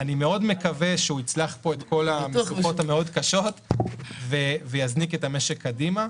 אני מקווה שהוא יצלח פה את כל המשוכות המאוד קשות ויזניק את המשק קדימה.